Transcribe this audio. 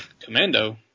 Commando